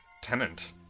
tenant